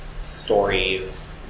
stories